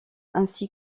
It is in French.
ainsi